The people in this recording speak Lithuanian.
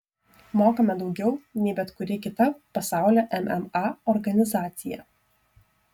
mokame daugiau nei bet kuri kita pasaulio mma organizacija